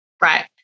right